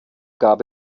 gab